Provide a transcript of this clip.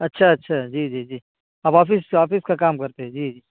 اچھا اچھا جی جی جی آپ آفس آفس کا کام کرتے ہیں جی